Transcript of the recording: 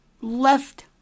left